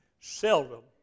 Seldom